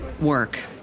work